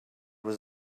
was